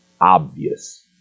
obvious